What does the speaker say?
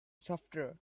software